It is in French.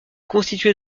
constituée